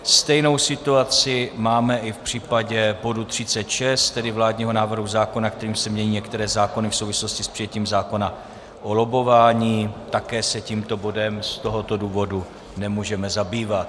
Stejnou situaci máme i v případě bodu 36, tedy vládního návrhu zákona, kterým se mění některé zákony v souvislosti s přijetím zákona o lobbování, také se tímto bodem z tohoto důvodu nemůžeme zabývat.